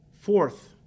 fourth